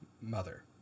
mother